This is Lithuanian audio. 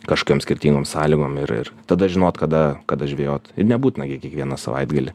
kažkokiom skirtingom sąlygom ir ir tada žinot kada kada žvejot ir nebūtina gi kiekvieną savaitgalį